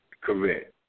Correct